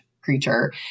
creature